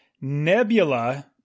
Nebula